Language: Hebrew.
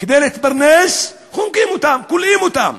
כדי להתפרנס, חונקים אותם, כולאים אותם.